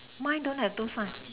mine don't have two sign